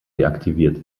deaktiviert